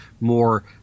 more